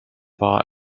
war